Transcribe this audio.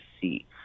see